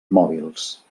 mòbils